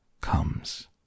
comes